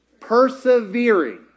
Persevering